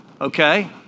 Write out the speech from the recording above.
Okay